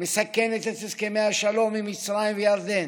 ומסכנת את הסכמי השלום עם מצרים וירדן,